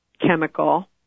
chemical